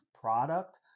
product